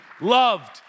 loved